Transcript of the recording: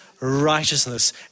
righteousness